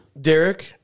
Derek